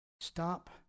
Stop